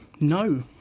No